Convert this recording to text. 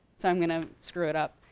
so i'm gonna screw it up.